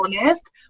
honest